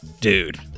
dude